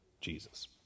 Jesus